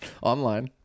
online